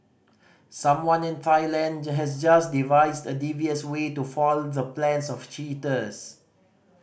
someone in Thailand has just devised a devious way to foil the plans of cheaters